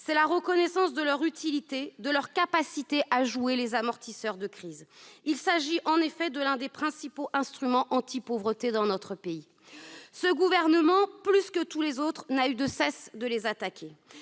c'est la reconnaissance de leur utilité, de leur capacité à jouer les amortisseurs de crise. Il s'agit en effet de l'un des principaux instruments anti-pauvreté dans notre pays. Ce gouvernement, plus que tous les autres, n'a eu de cesse de les attaquer.